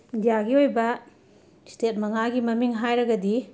ꯏꯟꯗꯤꯌꯥꯒꯤ ꯑꯣꯏꯕ ꯁ꯭ꯇꯦꯠ ꯃꯉꯥꯒꯤ ꯃꯃꯤꯡ ꯍꯥꯏꯔꯒꯗꯤ